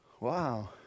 Wow